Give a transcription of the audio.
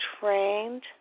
trained